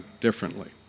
differently